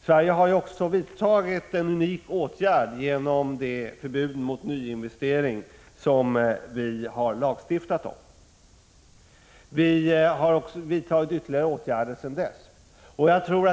Sverige har vidtagit en unik åtgärd genom det förbud mot nyinvestering som vi har lagstiftat om, och vi har vidtagit ytterligare åtgärder sedan dess.